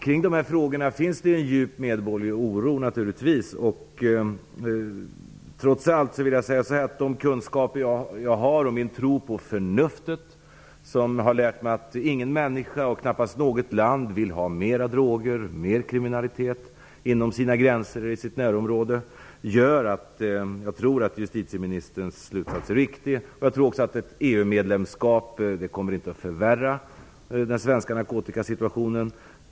Kring dessa frågor finns det naturligtvis en djup medborgerlig oro. De kunskaper jag har och min tro på förnuftet har lärt mig att ingen människa och knappast något land vill ha mer droger och mer kriminalitet i sitt närområde eller inom sina gränser. Det gör att jag tror att justitieministerns slutsats är riktig. Jag tror inte att ett EV-medlemskap kommer att förvärra den svenska narkotikasituationen.